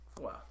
Wow